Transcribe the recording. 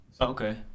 Okay